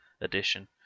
Edition